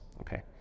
Okay